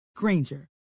Granger